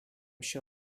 się